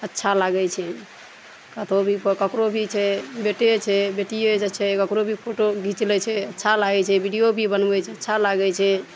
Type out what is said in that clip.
अच्छा लागय छै कतहो भी ककरो भी छै बेटे छै बेटियेके छै ककरो भी फोटो घीच लै छै अच्छा लागय छै वीडियो भी बनबय छै तऽ अच्छा लागय छै